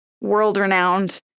world-renowned